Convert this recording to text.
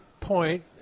point